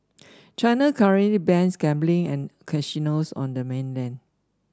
China currently bans gambling and casinos on the mainland